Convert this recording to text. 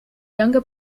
younger